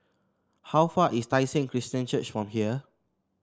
how far is Tai Seng Christian Church from here